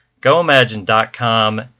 GoImagine.com